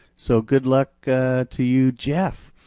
so good luck to you, geof.